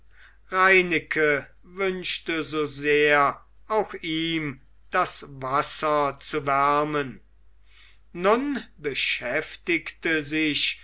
reineke wünschte so sehr auch ihm das wasser zu wärmen nun beschäftigte sich